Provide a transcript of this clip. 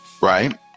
Right